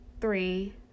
three